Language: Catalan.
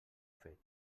fet